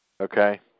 okay